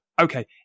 okay